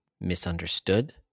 misunderstood